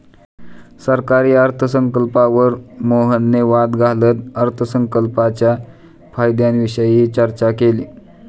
सरकारी अर्थसंकल्पावर मोहनने वाद घालत अर्थसंकल्पाच्या फायद्यांविषयी चर्चा केली